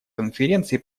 конференции